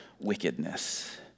wickedness